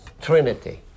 Trinity